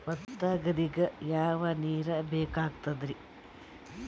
ಭತ್ತ ಗದ್ದಿಗ ಯಾವ ನೀರ್ ಬೇಕಾಗತದರೀ?